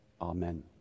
Amen